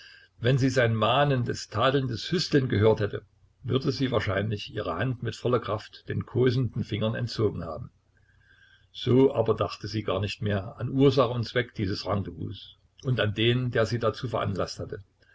wenn sie sein mahnendes tadelndes hüsteln gehört hätte würde sie wahrscheinlich ihre hand mit voller kraft den kosenden fingern entzogen haben so aber dachte sie gar nicht mehr an ursache und zweck dieses rendezvous und an den der sie dazu veranlaßt hatte